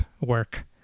work